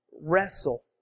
wrestle